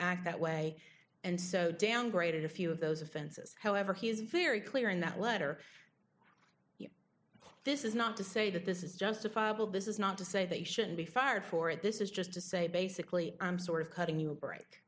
act that way and so downgraded a few of those offenses however he was very clear in that letter this is not to say that this is justifiable this is not to say they shouldn't be fired for it this is just to say basically i'm sort of cutting you a break